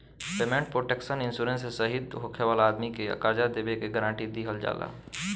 payment protection insurance से शहीद होखे वाला आदमी के कर्जा देबे के गारंटी दीहल जाला